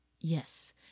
Yes